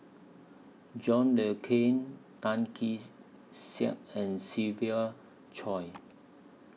John Le Cain Tan Kee Sek and Siva Choy